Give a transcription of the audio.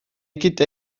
gyda